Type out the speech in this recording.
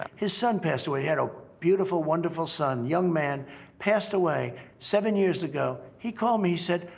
um his son passed away. he had a beautiful, wonderful son. young man passed away seven years ago. he called me, he said,